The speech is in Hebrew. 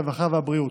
הרווחה והבריאות.